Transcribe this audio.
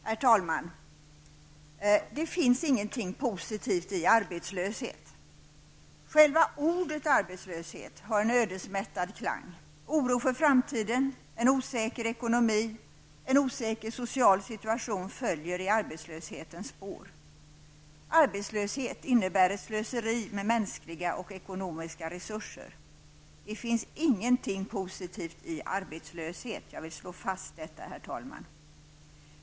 Herr talman! Det finns ingenting positivt i arbetslöshet. Själva ordet arbetslöshet har en ödesmättad klang. Oro för framtiden, en osäker ekonomi och en osäker social situation följer i arbetslöshetens spår. Arbetslöshet innebär ett slöseri med mänskliga och ekonomiska resurser. Det finns ingenting positivt i arbetslöshet -- jag vill slå fast detta, herr talman.